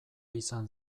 izan